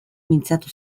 mintzatu